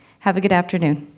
have a good afternoon.